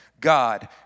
God